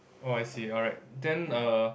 oh I see alright then err